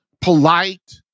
polite